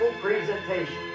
presentation